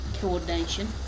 coordination